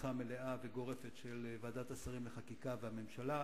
לתמיכה מלאה וגורפת של ועדת השרים לחקיקה ושל הממשלה.